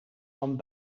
van